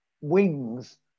wings